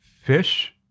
fish